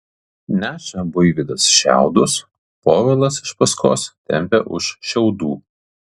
neša buivydas šiaudus povilas iš paskos tempia už šiaudų